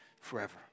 forever